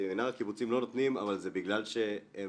סמינר הקיבוצים לא נותנים אבל זה בגלל שיש